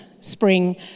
spring